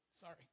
Sorry